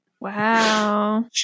Wow